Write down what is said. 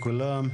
שלום לכולם,